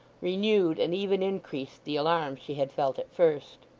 renewed and even increased the alarm she had felt at first.